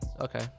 Okay